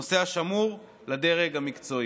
נושא השמור לדרג המקצועי.